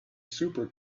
super